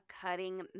cutting